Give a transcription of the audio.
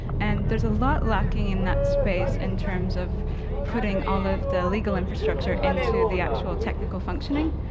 and there's a lot lacking in that space in terms of putting all of the legal infrastructure into the actual technical functioning.